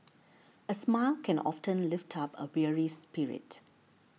a smile can often lift up a weary spirit